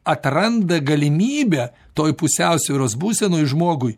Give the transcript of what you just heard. atranda galimybę toj pusiausvyros būsenoje žmogui